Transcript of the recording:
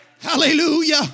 Hallelujah